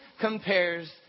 compares